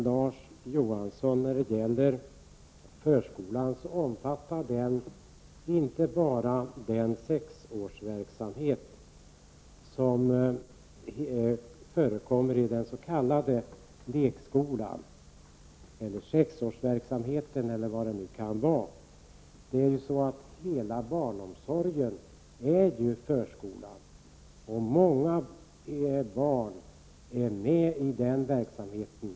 Förskolans verksamhet omfattar, Larz Johansson, inte bara den sexårsverksamhet som förekommer i den s.k. lekskolan eller vad det nu kan vara. Hela barnomsorgen är ju en förskola, och många barn får del av den verksamheten.